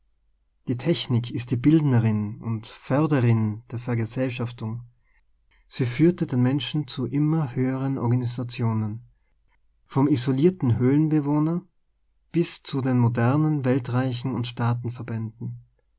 die technik ist die bildnerin und förderin der vergesellschaftung sie führte den menschen zu immer höheren organisationen vom iso herten höhlenbewohner bis zu den modernen welt reichen und